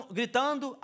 gritando